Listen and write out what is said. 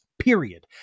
period